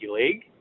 League